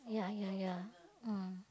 yeah yeah yeah mm